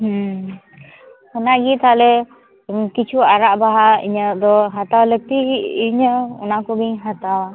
ᱦᱩᱸ ᱚᱱᱟᱜᱮ ᱛᱟᱦᱚᱞᱮ ᱠᱤᱪᱷᱩ ᱟᱨᱟᱜ ᱵᱟᱦᱟ ᱤᱧᱟᱹᱜ ᱫᱚ ᱦᱟᱛᱟᱣ ᱞᱟᱹᱠᱛᱤ ᱤᱧᱟᱹ ᱚᱱᱟ ᱠᱚᱜᱤᱧ ᱦᱟᱛᱟᱣᱟ